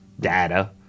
data